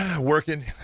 working